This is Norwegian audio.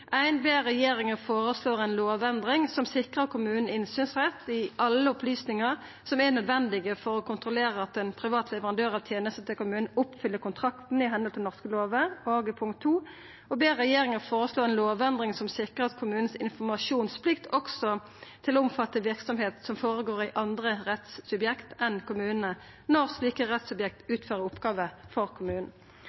en lovendring som sikrer kommunene innsynsrett i alle opplysninger som er nødvendige for å kontrollere at en privat leverandør av tjenester til kommunen oppfyller kontrakten i henhold til norske lover.» Og: «Stortinget ber regjeringen foreslå en lovendring som sikrer at kommunenes informasjonsplikt også skal omfatte virksomhet som foregår i andre rettssubjekter enn kommunene, når slike